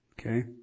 Okay